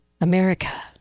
America